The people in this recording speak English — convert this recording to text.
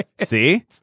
See